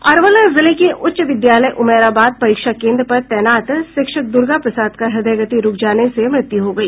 अरवल जिले के उच्च विद्यालय उमैराबाद परीक्षा केंद्र पर तैनात शिक्षक द्र्गा प्रसाद का हृदयगति रूक जाने से मृत्यु हो गई